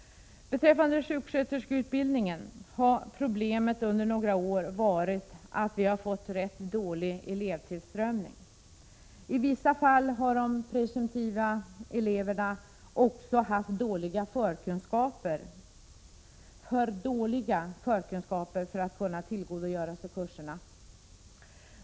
Beträffande sjuksköterskeutbildningen har problemet under några år varit att vi har haft för liten elevtillströmning. I vissa fall har de presumtiva eleverna också haft alltför dåliga förkunskaper för att kunna tillgodogöra sig kurserna.